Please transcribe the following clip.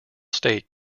state